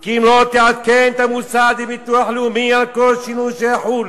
כי אם לא תעדכן את המוסד לביטוח לאומי על כל שינוי שיחול